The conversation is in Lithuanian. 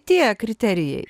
tie kriterijai